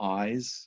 eyes